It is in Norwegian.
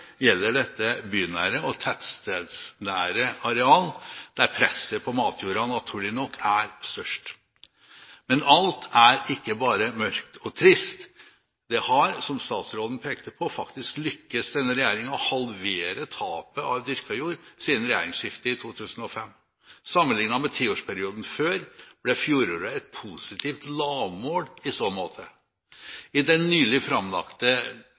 gjelder dette bynære og tettstedsnære arealer, der presset på matjorda naturlig nok er størst. Men alt er ikke bare mørkt og trist. Det har, som statsråden pekte på, faktisk lyktes denne regjeringen å halvere tapet av dyrket jord siden regjeringsskiftet i 2005. Sammenlignet med tiårsperioden før, ble fjoråret et positivt lavmål i så måte. I den nylig framlagte